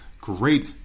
great